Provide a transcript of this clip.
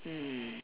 mm